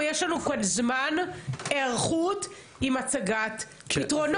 יש לנו כאן זמן היערכות עם הצגת פתרונות,